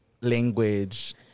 Language